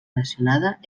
relacionada